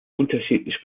unterschiedlich